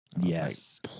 Yes